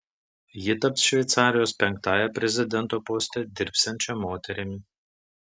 ji taps šveicarijos penktąja prezidento poste dirbsiančia moterimi